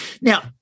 now